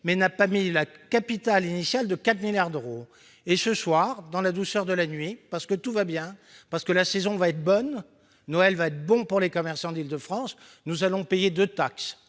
mais il n'a pas mis le capital initial de 4 milliards d'euros. Ce soir, dans la douceur de la nuit, parce que tout va bien, que la saison va être bonne, que Noël va être bon pour les commerçants d'Île-de-France, nous allons créer deux taxes